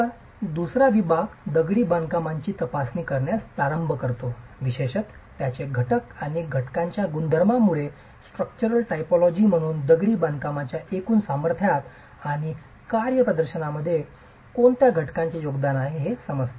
तर दुसरा विभाग दगडी बांधकामाची तपासणी करण्यास प्रारंभ करतो विशेषत त्याचे घटक आणि घटकांच्या गुणधर्मांमुळे स्ट्रक्चरल टायपॉलॉजी म्हणून दगडी बांधकामाच्या एकूण सामर्थ्यात आणि कार्यप्रदर्शना मध्ये कोणत्या घटकांचे योगदान आहे हे समजते